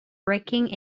breaking